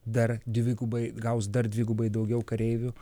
dar dvigubai gaus dar dvigubai daugiau kareivių